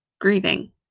grieving